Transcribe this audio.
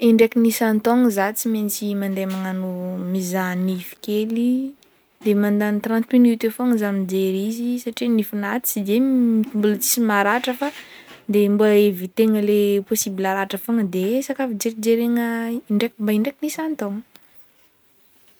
Indraiky isan-taogno zaho tsy maintsy mandeha magnagno mizaha nify kely, mandagny trente minutes eo zaho satria nifignahy tsy mbola maratra fa de mba hievitegna le possible haratra fogna de isaka jerijeregna indraiky mba indraiky isan-taogno.